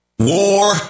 War